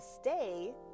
stay